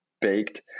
baked